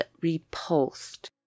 repulsed